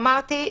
כפי שאמרתי,